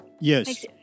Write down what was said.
Yes